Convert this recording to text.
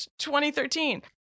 2013